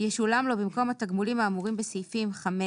ישולם לו במקום התגמולים האמורים בסעיפים 5,